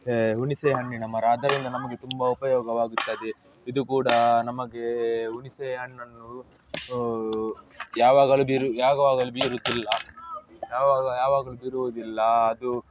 ಹುಣಸೆಹಣ್ಣಿನ ಮರ ಅದರಿಂದ ನಮಗೆ ತುಂಬ ಉಪಯೋಗವಾಗುತ್ತದೆ ಇದು ಕೂಡ ನಮಗೆ ಹುಣಸೆ ಹಣ್ಣನ್ನು ಯಾವಾಗಲು ಬೀರು ಯಾವಾಗಲೂ ಬೀರುತ್ತಿಲ್ಲ ಯಾವಾಗ ಯಾವಾಗಲೂ ಬೀರುವುದಿಲ್ಲ ಅದು